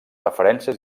referències